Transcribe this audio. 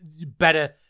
better